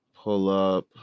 pull-up